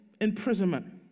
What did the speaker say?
imprisonment